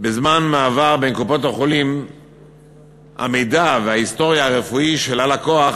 בזמן מעבר בין קופות-החולים המידע וההיסטוריה הרפואיים של הלקוח